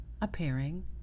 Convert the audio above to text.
appearing